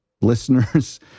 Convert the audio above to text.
listeners